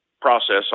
process